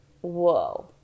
Whoa